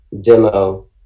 demo